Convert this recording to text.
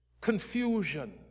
confusion